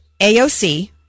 aoc